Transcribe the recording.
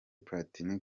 platini